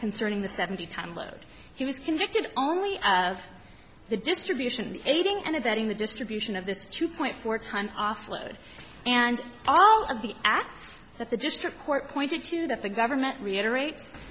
concerning the seventy ton load he was convicted only of the distribution aiding and abetting the distribution of this two point four times offload and all of the acts that the district court pointed to that the government reiterate